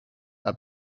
are